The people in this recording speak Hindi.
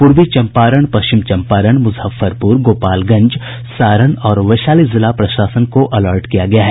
पूर्वी चम्पारण पश्चिम चम्पारण मुजफ्फरपुर गोपालगंज सारण और वैशाली जिला प्रशासन को अलर्ट किया गया है